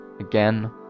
again